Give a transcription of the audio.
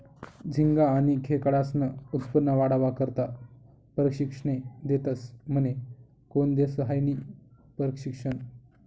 झिंगा आनी खेकडास्नं उत्पन्न वाढावा करता परशिक्षने देतस म्हने? कोन देस हायी परशिक्षन?